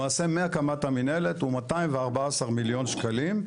למעשה מהקמת המנהלת הוא 214 מיליון שקלים,